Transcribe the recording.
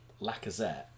Lacazette